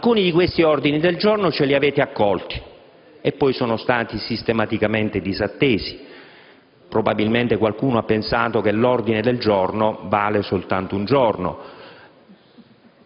Alcuni di questi ordini del giorno ce li avete accolti, ma poi sono stati sistematicamente disattesi. Probabilmente qualcuno ha pensato che l'ordine del giorno vale soltanto un giorno...